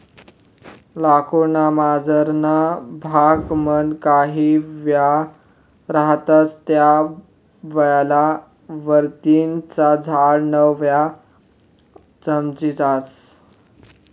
लाकूड ना मझारना भाग मान काही वलय रहातस त्या वलय वरतीन च झाड न वय समजी जास